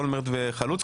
אולמרט וחלוץ?